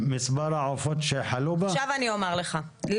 חשוב לומר כי יש קשר הדוק בין בריאות בעלי החיים לבריאות האדם והסביבה.